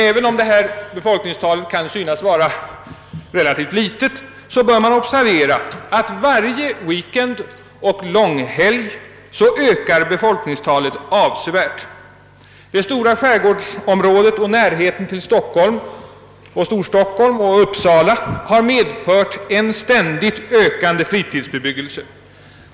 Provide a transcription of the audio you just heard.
även om detta befolkningstal kan synas relativt litet bör man observera att varje weekend och långhelg ökar befolkningstalet avsevärt. Det stora skärgårdsområdet och närheten till Storstockholm och Uppsala har medfört en ständigt ökande fritidsbebyggelse.